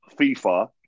FIFA